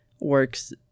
works